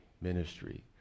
ministry